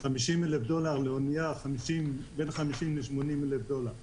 בין 50,000 ל-80,000 דולר לאונייה.